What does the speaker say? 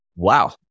Wow